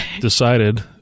decided